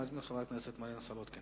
אני מזמין את חברת הכנסת מרינה סולודקין.